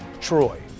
Troy